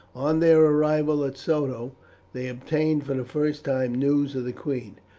on their arrival at soto they obtained for the first time news of the queen.